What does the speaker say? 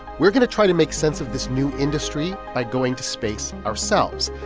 we're going to try to make sense of this new industry by going to space ourselves.